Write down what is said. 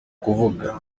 kuvuga